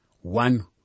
one